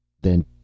Then